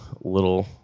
little